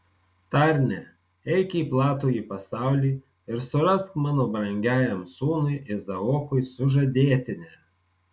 tarne eik į platųjį pasaulį ir surask mano brangiajam sūnui izaokui sužadėtinę